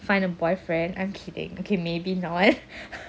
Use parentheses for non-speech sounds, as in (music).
find a boyfriend I'm kidding okay maybe no eh (noise)